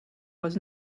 was